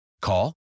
Call